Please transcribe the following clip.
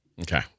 Okay